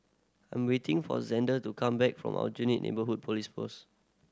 I am waiting for Zander to come back from Aljunied Neighbourhood Police Post